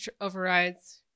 overrides